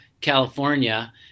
California